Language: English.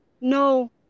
no